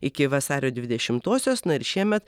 iki vasario dvidešimtosios na ir šiemet